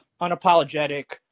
unapologetic